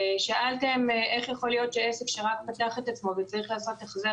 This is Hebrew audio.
ושאלתם איך יכול להיות שעסק שרק פתח את עצמו וצריך לעשות החזר